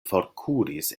forkuris